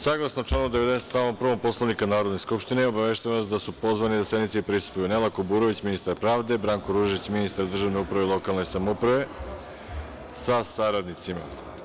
Saglasno članu 90. stav 1. Poslovnika Narodne skupštine, obaveštavam vas da su pozvani da sednici prisustvuju: Nela Kuburović, ministar pravde i Branko Ružić, ministar državne uprave i lokalne samouprave sa saradnicima.